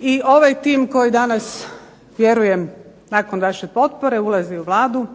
i ovaj tim koji danas vjerujem nakon vaše potpore ulazi u Vladu